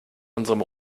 unserem